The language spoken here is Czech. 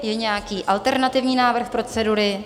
Je nějaký alternativní návrh procedury?